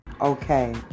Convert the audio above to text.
Okay